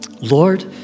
Lord